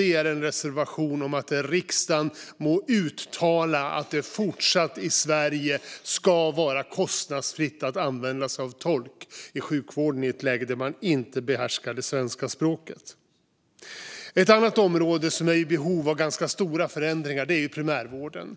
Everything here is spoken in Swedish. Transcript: Det är en reservation om att riksdagen må uttala att det även i fortsättningen ska vara kostnadsfritt att i Sverige använda sig av tolk i sjukvården i ett läge där man inte behärskar det svenska språket. Ett annat område som är i behov av stora förändringar är primärvården.